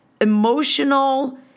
emotional